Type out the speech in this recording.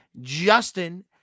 Justin